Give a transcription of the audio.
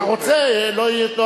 אתה רוצה פה לעשות את הסדר?